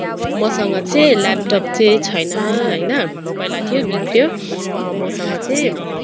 मसँग चै ल्यापटप चाहिँ छैन होइन पहिला थियो बिग्रियो मसँग चाहिँ